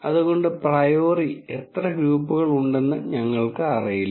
അതുകൊണ്ട് പ്രയോറി എത്ര ഗ്രൂപ്പുകൾ ഉണ്ടെന്ന് ഞങ്ങൾക്ക് അറിയില്ല